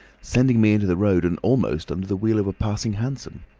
sending me into the road and almost under the wheel of a passing hansom.